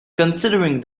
considering